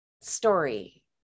story